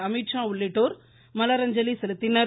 அமீத்ஷா உள்ளிட்டோர் மலரஞ்சலி செலுத்தினர்